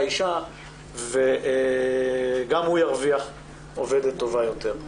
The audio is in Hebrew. אישה וגם הוא ירוויח עובדת טובה יותר.